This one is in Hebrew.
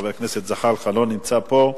חבר הכנסת זחאלקה לא נמצא פה.